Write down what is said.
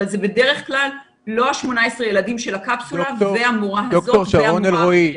אבל זה בדרך כלל לא ה-18 ילדים של הקפסולה והמורה הזאת והמורה הזאת.